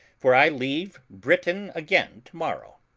for i leave britain again to-morrow.